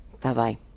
bye-bye